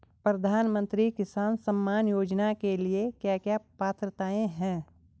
प्रधानमंत्री किसान सम्मान योजना के लिए क्या क्या पात्रताऐं हैं?